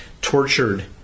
tortured